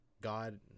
God